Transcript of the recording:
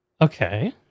Okay